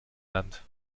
land